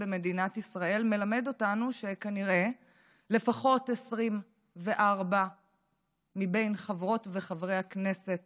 במדינת ישראל מלמד אותנו שכנראה לפחות 24 מחברות וחברי הכנסת